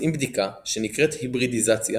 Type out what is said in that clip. מבצעים בדיקה שנקראת היברידיזציה